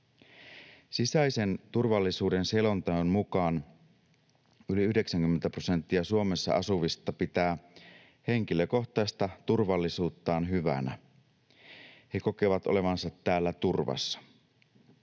Sisäisen turvallisuuden selonteon mukaan yli 90 prosenttia Suomessa asuvista pitää henkilökohtaista turvallisuuttaan hyvänä. He kokevat olevansa täällä turvassa.